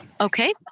Okay